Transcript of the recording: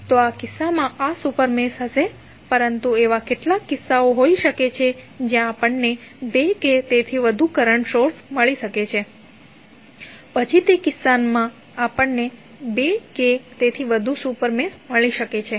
તો આ કિસ્સામાં આ સુપર મેશ હશે પરંતુ એવા કેટલાક કિસ્સાઓ હોઈ શકે છે કે જ્યાં આપણને બે કે તેથી વધુ કરંટ સોર્સ મળી શકે છે અને પછી તે કિસ્સામાં આપણને બે કે તેથી વધુ સુપર મેસ મળી શકે છે